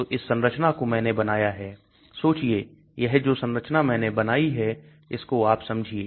तो इस संरचना को मैंने बनाया है सोचिए यह जो संरचना मैंने बनाई है इसको आप समझिए